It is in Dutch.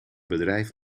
bedrijf